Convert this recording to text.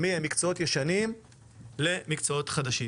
ממקצועות ישנים למקצועות חדשים.